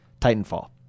Titanfall